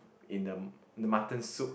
in the the mutton soup